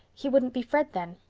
he wouldn't be fred then.